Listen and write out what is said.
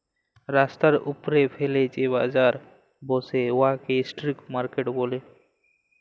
রাস্তার উপ্রে ফ্যাইলে যে বাজার ব্যসে উয়াকে ইস্ট্রিট মার্কেট ব্যলে